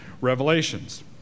revelations